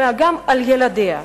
וגם על ילדיה,